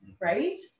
right